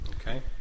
Okay